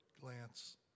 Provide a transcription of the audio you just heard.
glance